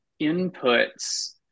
inputs